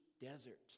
desert